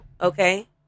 okay